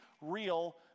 real